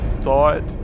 thought